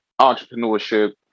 entrepreneurship